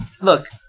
Look